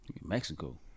Mexico